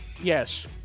Yes